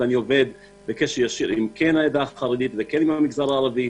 ואני עובד בקשר ישיר עם העדה החרדית ועם המגזר הערבי,